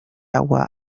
agua